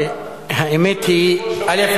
האמת היא, א.